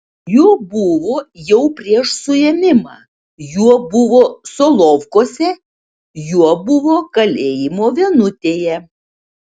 juo buvo jau prieš suėmimą juo buvo solovkuose juo buvo kalėjimo vienutėje